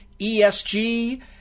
ESG